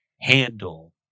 handle